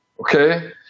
Okay